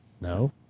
No